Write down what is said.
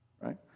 right